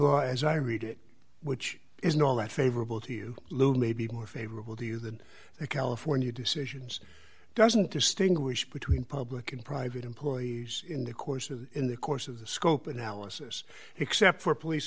law as i read it which is not all that favorable to you lou maybe more favorable to you than the california decisions doesn't distinguish between public and private employees in the course of in the course of the scope analysis except for police